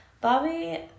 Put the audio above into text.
Bobby